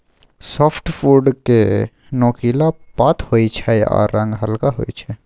softwood केँ नोकीला पात होइ छै आ रंग हल्का होइ छै